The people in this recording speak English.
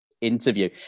interview